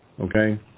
okay